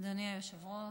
היושב-ראש,